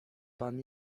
pan